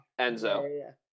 Enzo